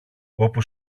όπου